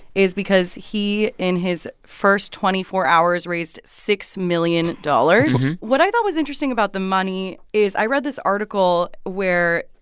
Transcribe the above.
is because he, in his first twenty four hours, raised six million dollars. what i thought was interesting about the money is i read this article where,